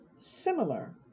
similar